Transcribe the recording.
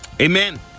amen